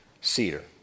cedar